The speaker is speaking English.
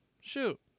shoot